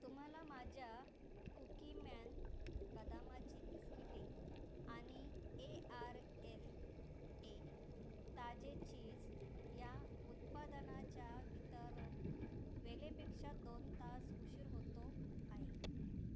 तुम्हाला माझ्या कुकीमॅन बदामाची बिस्किटे आणि ए आर एल ए ताजे चीज या उत्पादनाच्या वितरण वेळेपेक्षा दोन तास उशीर होतो आहे